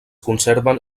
conserven